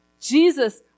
Jesus